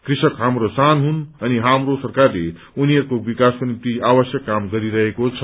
कृषक हाम्रो शान हुन् अनि हाम्रो सरकारले उनीहरूको विकासको निम्ति आवश्यक काम गरिरहेको छ